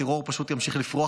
הטרור פשוט ימשיך לפרוח,